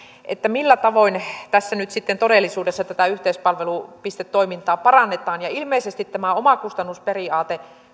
millä tavoin tässä nyt sitten todellisuudessa tätä yhteispalvelupistetoimintaa parannetaan ilmeisesti tämä omakustannusperiaate